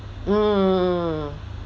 mm